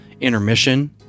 intermission